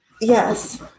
Yes